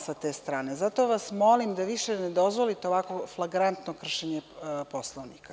Zato vas molim da više ne dozvolite ovakvo flagrantno kršenje Poslovnika.